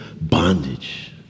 bondage